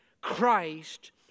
Christ